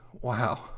Wow